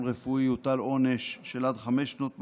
רפואי יוטל עונש של עד חמש שנות מאסר,